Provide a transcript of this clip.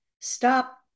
stop